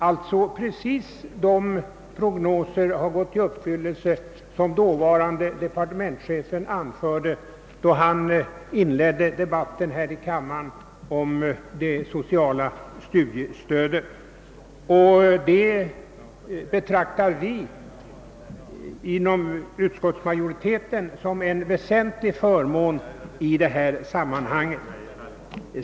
Just de prognoser som dåvarande departementschefen anförde då han här i kammaren inledde debatten om de studiesociala stöden har alltså gått i uppfyllelse. Denna utveckling betraktar vi inom utskottsmajoriteten som en väsentlig sak i detta sammanhang.